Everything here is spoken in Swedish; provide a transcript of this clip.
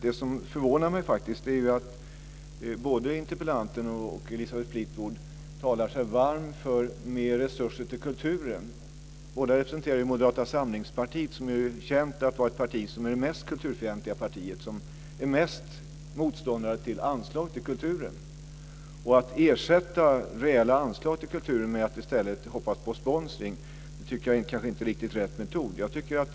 Vad som faktiskt förvånar mig är att både interpellanten och Elisabeth Fleetwood talar sig varma för mer resurser till kulturen. Båda representerar Moderata samlingspartiet som ju är det parti som är känt för att vara det mest kulturfientliga partiet och som mest är motståndare till anslag till kulturen. Att i stället för reella anslag till kulturen hoppas på sponsring tycker jag nog inte riktigt är rätta metoden.